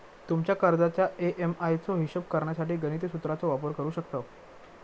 तुमच्या कर्जाच्या ए.एम.आय चो हिशोब करण्यासाठी गणिती सुत्राचो वापर करू शकतव